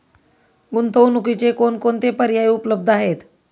गुंतवणुकीचे कोणकोणते पर्याय उपलब्ध आहेत?